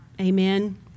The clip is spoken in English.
Amen